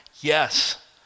Yes